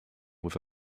with